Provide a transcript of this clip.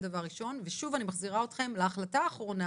ושוב אני מחזירה אתכם להחלטה האחרונה